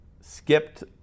skipped